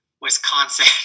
Wisconsin